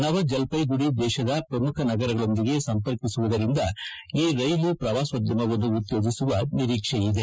ನವ ಜಲ್ಹೈಗುರಿ ದೇಶದ ಪ್ರಮುಖ ನಗರಗಳೊಂದಿಗೆ ಸಂಪರ್ಕಿಸುವುದರಿಂದ ಈ ರೈಲು ಪ್ರವಾಸೋದ್ಯಮವನ್ನು ಉತ್ತೇಜಿಸುವ ನಿರೀಕ್ಷೆ ಇದೆ